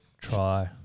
try